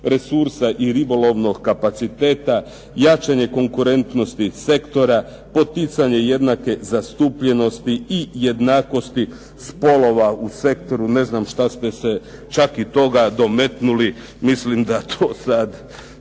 resursa i ribolovnog kapaciteta, jačanje konkurentnosti sektora, poticanje jednake zastupljenosti i jednakosti spolova u sektoru. Ne znam šta ste se čak i toga dometnuli. Mislim da to sad